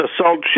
assault